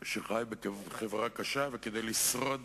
שחי בחברה קשה, וכדי לשרוד